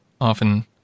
often